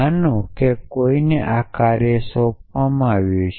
માનો કે કોઈકને આ કાર્ય આપવામાં આવ્યું છે